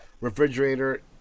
refrigerator